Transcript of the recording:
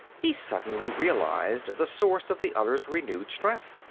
he suddenly realized the source of the other's renewed strength.